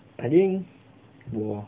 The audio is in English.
I think 我